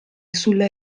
sulla